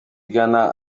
igana